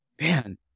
Man